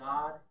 God